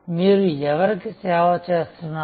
మీరు ఎవరికి సేవ చేస్తున్నారు